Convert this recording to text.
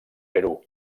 perú